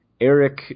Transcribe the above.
Eric